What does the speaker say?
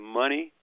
money